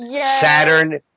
Saturn